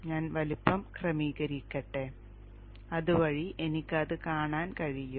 ഞാൻ വലുപ്പം ക്രമീകരിക്കട്ടെ അതുവഴി എനിക്ക് അത് കാണാൻ കഴിയും